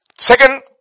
Second